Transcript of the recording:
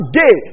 day